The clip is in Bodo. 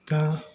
दा